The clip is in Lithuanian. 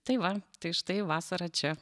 tai va tai štai vasara čia